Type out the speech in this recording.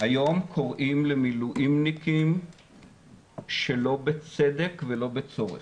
היום קוראים למילואימניקים שלא בצדק ולא בצורך.